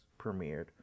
premiered